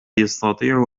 يستطيع